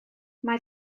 mae